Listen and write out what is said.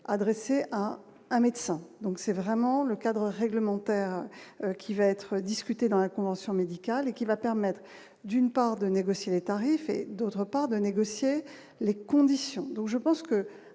adressé à un médecin, donc c'est vraiment le cadre réglementaire qui va être discutée dans la convention médicale et qui va permettre d'une part, de négocier les tarifs d'autre part de négocier les conditions, donc je pense que,